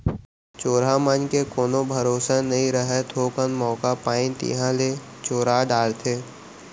चोरहा मन के कोनो भरोसा नइ रहय, थोकन मौका पाइन तिहॉं ले चोरा डारथें